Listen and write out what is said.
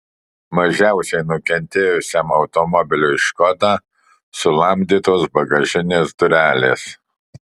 mažiausiai nukentėjusiam automobiliui škoda sulamdytos bagažinės durelės